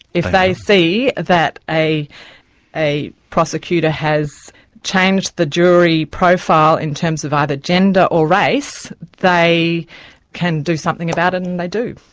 if they see that a a prosecutor has changed the jury profile in terms of either gender or race, they can do something about it, and they do.